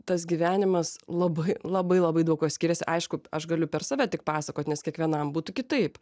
tas gyvenimas labai labai labai daug kuo skiriasi aišku aš galiu per save tik pasakot nes kiekvienam būtų kitaip